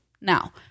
Now